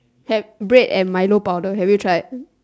have bread and milo powder have you try